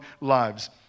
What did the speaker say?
lives